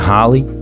Holly